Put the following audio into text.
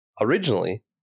Originally